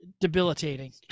debilitating